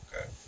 Okay